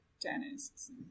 dennis